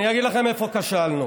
ואני אגיד לכם איפה כשלנו.